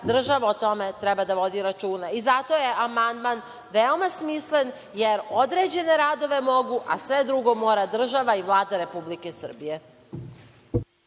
država o tome treba da vodi računa. Zato je amandman veoma smislen, jer određene radove mogu, a sve drugo mora država i Vlada Republike Srbije.